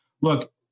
look